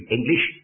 English